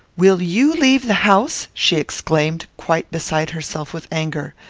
will you leave the house? she exclaimed, quite beside herself with anger.